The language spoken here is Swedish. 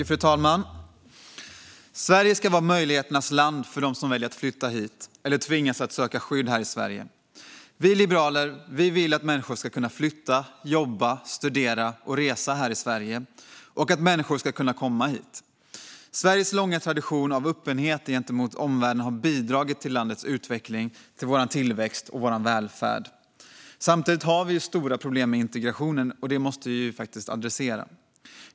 Fru talman! Sverige ska vara möjligheternas land för dem som väljer att flytta hit eller som tvingas att söka skydd i Sverige. Vi liberaler vill att människor ska kunna flytta hit, jobba, studera och resa här i Sverige och att människor ska kunna komma hit. Sveriges långa tradition av öppenhet gentemot omvärlden har bidragit till landets utveckling, tillväxt och välfärd. Samtidigt har vi stora problem med integrationen, och det måste adresseras.